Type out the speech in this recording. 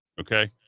Okay